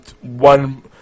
one